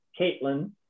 Caitlin